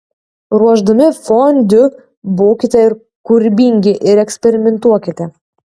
ruošdami fondiu būkite kūrybingi ir eksperimentuokite